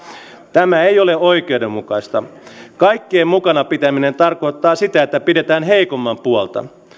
tämä ei ole oikeudenmukaista kaikkien mukana pitäminen tarkoittaa sitä että pidetään heikomman puolta